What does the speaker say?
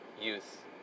youth